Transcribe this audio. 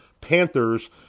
Panthers